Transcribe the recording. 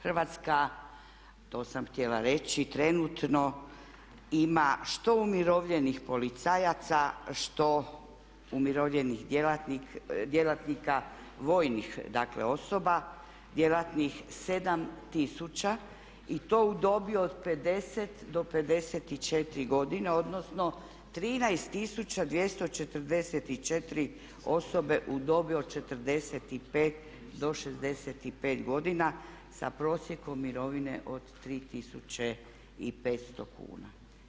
Hrvatska to sam htjela reći, trenutno ima što umirovljenih policajaca, što umirovljenih djelatnika, vojnih dakle osoba, djelatnih 7 tisuća i to u dobi od 50 do 54 godine, odnosno 13 tisuća 244 osobe u dobi od 45 do 65 godina sa prosjekom mirovine od 3500 kuna.